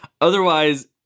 Otherwise